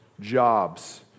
jobs